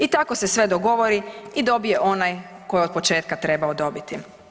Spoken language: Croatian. I tako se sve dogovori i dobije onaj tko je od početka trebao dobiti.